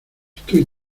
estoy